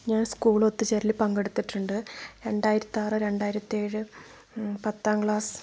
ഞാൻ സ്കൂൾ ഒത്തു ചേരലിൽ പങ്കെടുത്തിട്ടുണ്ട് രണ്ടായിരത്തിയാറ് രണ്ടായിരത്തിയേഴ് പത്താം ക്ലാസ്